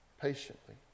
patiently